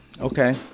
Okay